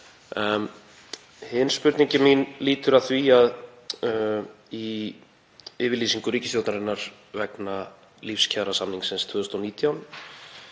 Hin spurning mín lýtur að því að í yfirlýsingu ríkisstjórnarinnar vegna lífskjarasamningsins 2019